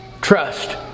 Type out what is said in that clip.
Trust